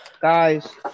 Guys